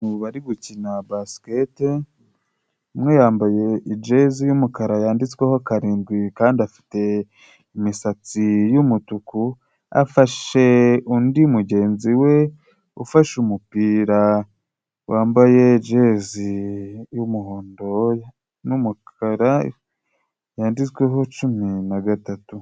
Mubari gukina Basikete, umwe yambaye ijezi y'umukara yanditsweho karindwi, kandi afite imisatsi y'umutuku, afashe undi mugenzi we ufashe umupira, wambaye Jezi y'umuhondo n'umukara, yanditsweho cumi na gatatu.